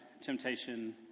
temptation